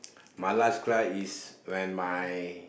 my last cry is when my